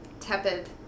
tepid